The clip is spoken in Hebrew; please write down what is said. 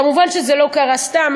מובן שזה לא קרה סתם,